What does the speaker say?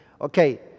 Okay